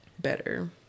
Better